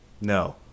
No